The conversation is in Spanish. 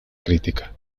crítica